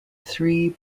three